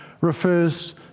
refers